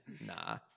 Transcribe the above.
Nah